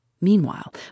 Meanwhile